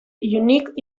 unique